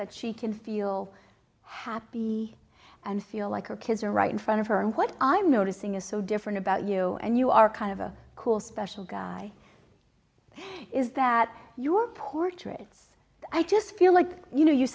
that she can feel happy and feel like her kids are right in front of her and what i'm noticing is so different about you and you are kind of a cool special guy is that your portraits i just feel like you